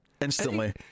instantly